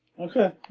Okay